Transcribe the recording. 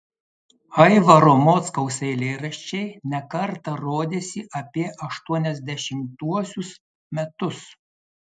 aivaro mockaus eilėraščiai ne kartą rodėsi apie aštuoniasdešimtuosius metus